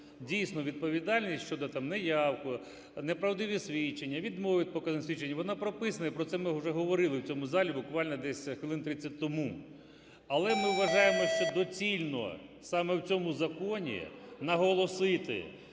Дійсно, відповідальність щодо там неявки, неправдиві свідчення, відмова від показань, свідчень, вона прописана, і про це ми вже говорили вже в цьому залі, буквально десь хвилин 30 тому. Але ми вважаємо, що доцільно саме в цьому законі наголосити,